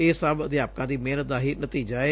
ਇਹ ਸਭ ਅਧਿਆਪਕਾਂ ਦੇ ਮੇਹਨਤ ਦਾ ਹੀ ਨਤੀਜਾ ਏ